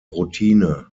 routine